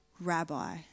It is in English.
Rabbi